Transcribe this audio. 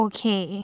Okay